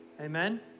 Amen